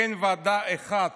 אין ועדה אחת